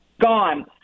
gone